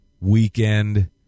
weekend